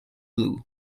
blue